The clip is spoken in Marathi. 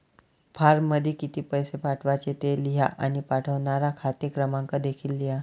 फॉर्ममध्ये किती पैसे पाठवायचे ते लिहा आणि पाठवणारा खाते क्रमांक देखील लिहा